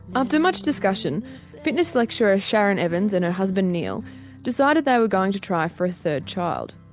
after much discussion fitness lecturer sharon evans and her husband neil decided they were going to try for a third child.